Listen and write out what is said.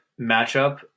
matchup